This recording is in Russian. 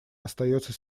остается